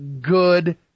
good